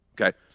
okay